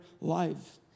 life